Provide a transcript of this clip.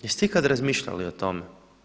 Jeste li ikada razmišljali o tome?